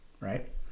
Right